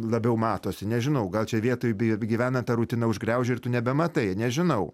labiau matosi nežinau gal čia vietoj begyvenant ta rutina užgriaužia ir tu nebematai nežinau